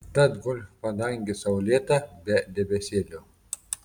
tad golf padangė saulėta be debesėlio